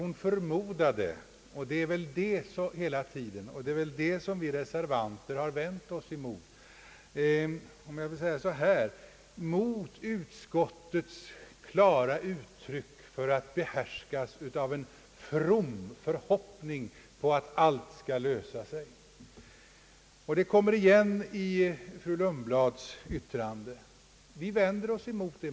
Hon »förmodade» hela tiden, och vad vi reservanter har vänt oss emot är just, att utskottet i denna fråga behärskats av en from förhoppning om att allt skall ordna sig. Den förhoppningen framfördes på nytt i fru Lundblads anförande.